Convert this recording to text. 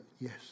yes